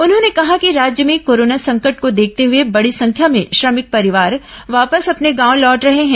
उन्होंने कहा है कि राज्य में कोरोना संकट को देखते हुए बड़ी संख्या में श्रमिक परिवार वापस अपने गांव लौट रहे हैं